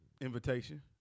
Invitation